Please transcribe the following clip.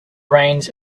reins